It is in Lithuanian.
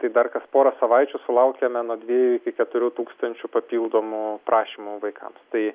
tai dar kas porą savaičių sulaukiame nuo dviejų iki keturių tūkstančių papildomų prašymų vaikams tai